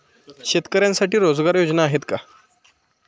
शेतकऱ्यांसाठी रोजगार योजना आहेत का?